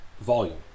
volume